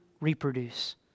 reproduce